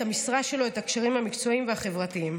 המשרה שלו ואת הקשרים המקצועיים והחברתיים.